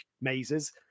mazes